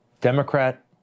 Democrat